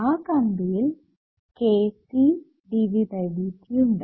ആ കമ്പിയിൽkCdVdtഉണ്ട്